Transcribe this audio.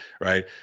right